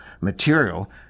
material